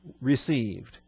received